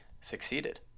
succeeded